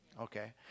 Okay